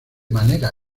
manera